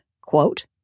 quote